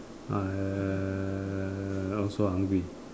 I also hungry